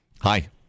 Hi